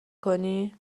کنی